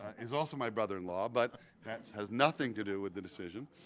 is also my brother-in-law. but that has nothing to do with the decision.